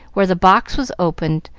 where the box was opened,